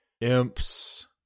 imps